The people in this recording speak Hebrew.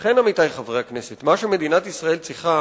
לכן, עמיתי חברי הכנסת, מה שמדינת ישראל צריכה